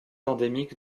endémique